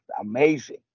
amazing